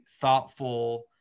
thoughtful